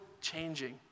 changing